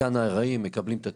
במתקן הארעי מקבלים את הטיפול,